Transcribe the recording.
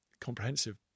comprehensive